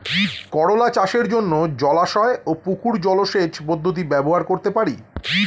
করোলা চাষের জন্য জলাশয় ও পুকুর জলসেচ পদ্ধতি ব্যবহার করতে পারি?